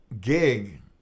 gig